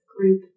group